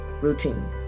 routine